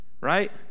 Right